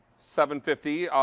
seven fifty.